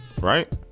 Right